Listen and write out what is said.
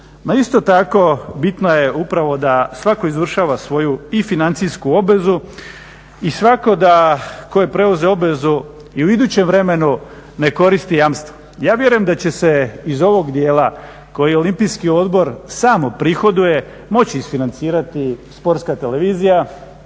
isto tako bitno je upravo da svatko izvršava svoju i financijsku obvezu i svako da tko je preuzeo obvezu u idućem vremenu ne koristi jamstva. Ja vjerujem da će se iz ovo djela koji je Olimpijski odbor sam uprihoduje moći isfinanacirati sportska televizija,